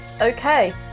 okay